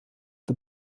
the